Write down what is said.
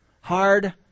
hard